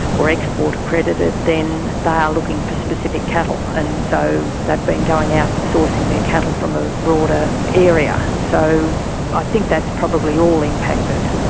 or export accredited, then they are looking for specific cattle, and so they've been going out and sourcing their cattle from a broader area. so i think that's probably all impacted.